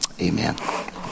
Amen